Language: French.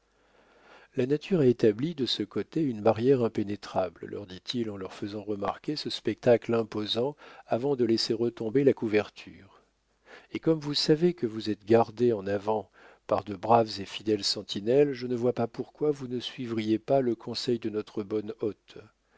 la nature a établi de ce côté une barrière impénétrable leur dit-il en leur faisant remarquer ce spectacle imposant avant de laisser retomber la couverture et comme vous savez que vous êtes gardées en avant par de braves et fidèles sentinelles je ne vois pas pourquoi vous ne suivriez pas le conseil de notre bon hôte